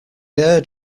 heard